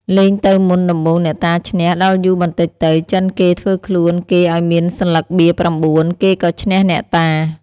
លេងទៅមុនដំបូងអ្នកតាឈ្នះដល់យូរបន្តិចទៅ ចិនគេធ្វើខ្លួនគេឲ្យមានសន្លឹកបៀ៩ គេក៏ឈ្នះអ្នកតា ។